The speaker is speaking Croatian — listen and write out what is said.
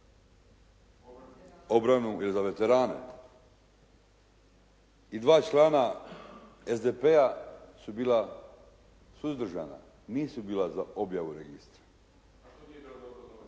obranu i za veterane i dva člana SDP-a su bila suzdržana, nisu bila za objavu registra.